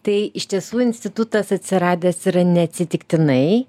tai iš tiesų institutas atsiradęs yra neatsitiktinai